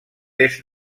est